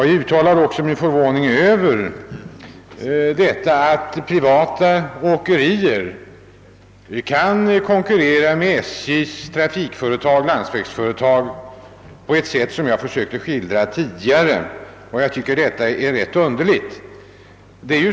Jag uttalade även min förvåning över att privata åkerier kan konkurrera med SJ:s landsvägsföretag på det sätt som jag tidigare försökt skildra. Detta tycker jag är rätt underligt.